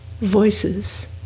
voices